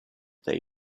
they